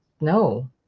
no